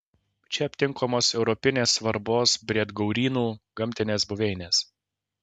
čia aptinkamos europinės svarbos briedgaurynų gamtinės buveinės